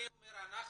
אני אתייחס.